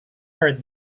heard